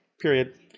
period